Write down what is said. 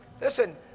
Listen